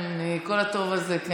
כל כך מהר התרגלת לטוב הזה?